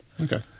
Okay